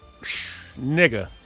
nigga